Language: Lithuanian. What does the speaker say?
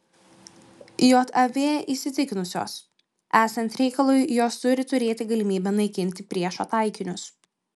jav įsitikinusios esant reikalui jos turi turėti galimybę naikinti priešo taikinius